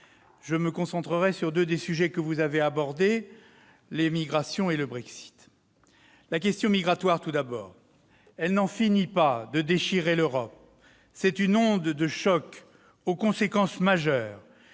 Je me concentrerai sur deux des sujets que vous avez abordés, madame la ministre, les migrations et le Brexit. La question migratoire, tout d'abord, n'en finit plus de déchirer l'Europe. C'est une onde de choc aux conséquences majeures,